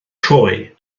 trwy